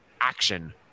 action